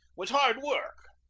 was hard work.